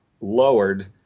lowered